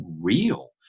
real